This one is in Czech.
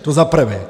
To za prvé.